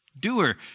doer